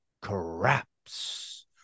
craps